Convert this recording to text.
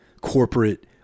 corporate